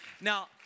Now